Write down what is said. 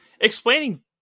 Explaining